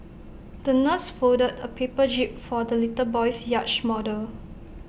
the nurse folded A paper jib for the little boy's yacht model